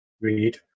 Read